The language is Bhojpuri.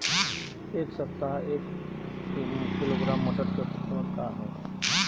एक सप्ताह एक किलोग्राम मटर के औसत कीमत का ह?